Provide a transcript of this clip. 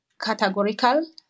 categorical